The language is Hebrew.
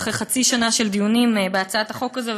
אחרי חצי שנה של דיונים בהצעת החוק הזאת,